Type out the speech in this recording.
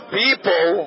people